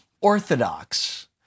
orthodox